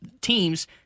teams